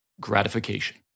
gratification